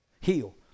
Heal